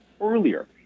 earlier